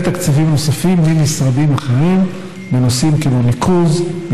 תקציבים נוספים ממשרדים אחרים בנושאים כמו ניקוז,